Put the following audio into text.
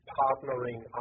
partnering